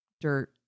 dirt